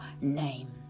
name